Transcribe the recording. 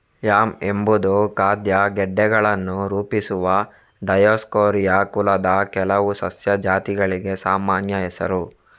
yam ಎಂಬುದು ಖಾದ್ಯ ಗೆಡ್ಡೆಗಳನ್ನು ರೂಪಿಸುವ ಡಯೋಸ್ಕೋರಿಯಾ ಕುಲದ ಕೆಲವು ಸಸ್ಯ ಜಾತಿಗಳಿಗೆ ಸಾಮಾನ್ಯ ಹೆಸರು